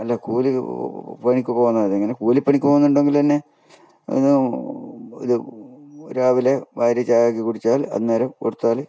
അല്ല കൂലി പണിക്ക് പോകുന്ന കൂലിപ്പണിക്ക് പോകുന്നുണ്ടെങ്കിൽ തന്നെ ഇത് രാവിലെ ഭാര്യ ചായ ഒക്കെ കുടിച്ചാൽ അന്നേരം കൊടുത്താൽ